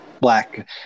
Black